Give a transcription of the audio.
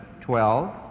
twelve